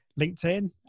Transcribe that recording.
LinkedIn